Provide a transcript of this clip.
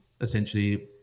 essentially